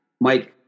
Mike